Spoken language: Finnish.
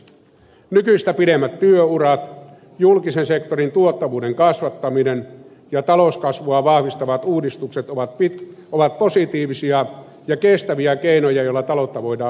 nykyistä pidemmät työurat julkisen sektorin tuottavuuden kasvattaminen ja talouskasvua vahvistavat uudistukset ovat positiivisia ja kestäviä keinoja joilla taloutta voidaan vauhdittaa